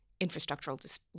infrastructural